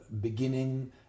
beginning